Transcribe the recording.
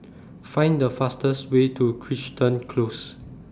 Find The fastest Way to Crichton Close